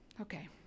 Okay